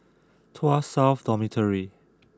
Tuas South Dormitory